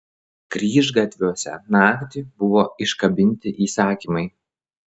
kryžgatviuose naktį buvo iškabinti įsakymai